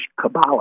Kabbalah